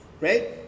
right